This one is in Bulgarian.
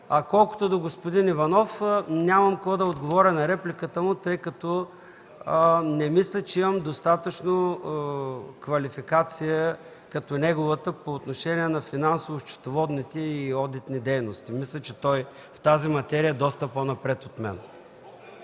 колкото до господин Иванов, нямам какво да отговоря на репликата му, тъй като не мисля, че имам достатъчно квалификация като неговата по отношение на финансово-счетоводните и одитните дейности. Мисля, че той в тази материя е доста по-напред от мен.